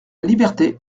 liberté